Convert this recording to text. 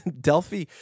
Delphi